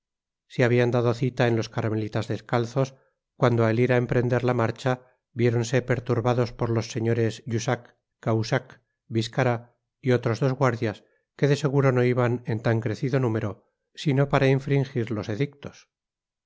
se habian dado cita en los carmelitas descalzos cuando al ir a emprender la marcha viéronse perturbados por los señores jussac cahusae biscarat y otros dos guardias que de seguro no iban en tan crecido número sino para infringir los edictos